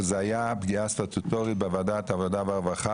וזו הייתה פגיעה סטטוטורית בוועדת העבודה והרווחה,